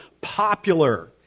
popular